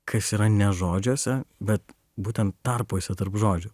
kas yra ne žodžiuose bet būtent tarpuose tarp žodžių